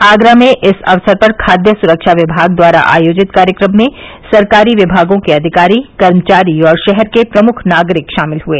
आगरा में इस अक्सर पर खाद्य सुरक्षा विभाग द्वारा आयोजित कार्यक्रम में सरकारी विभागों के अधिकारी कर्मचारी और शहर के प्रमुख नागरिक शामिल हुए